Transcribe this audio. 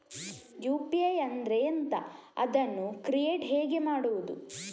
UPI ಅಂದ್ರೆ ಎಂಥ? ಅದನ್ನು ಕ್ರಿಯೇಟ್ ಹೇಗೆ ಮಾಡುವುದು?